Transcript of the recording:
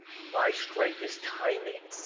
my strength is timing,